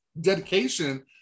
dedication